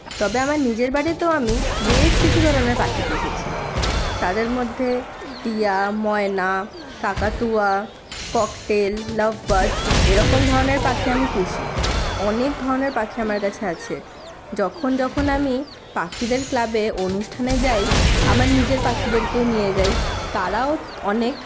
তবে আমার নিজের বাড়িতেও আমি বেশ কিছু ধরনের পাখি পুষেছি তাদের মধ্যে টিয়া ময়না কাকাতুয়া ককটেল লাভ বার্ডস এরকম ধরনের পাখি আমি পুষি অনেক ধরনের পাখি আমার কাছে আছে যখন যখন আমি পাখিদের ক্লাবে অনুষ্ঠানে যাই আমার নিজের পাখিদেরকেও নিয়ে যাই তারাও অনেক